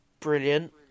brilliant